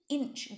inch